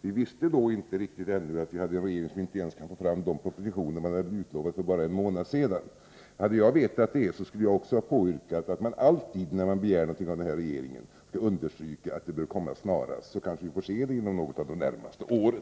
Vi visste då ännu inte riktigt att vi hade en regering som inte ens kan få fram de propositioner man utlovat för bara en månad sedan. Hade jag vetat det, skulle jag också ha påyrkat att man alltid när man begär någonting av den här regeringen skall understryka att det bör komma snarast — vi kanske då får se förslaget något av de närmaste åren.